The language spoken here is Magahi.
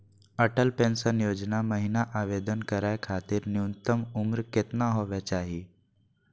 अटल पेंसन योजना महिना आवेदन करै खातिर न्युनतम उम्र केतना होवे चाही?